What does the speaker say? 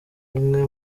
umwe